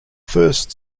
first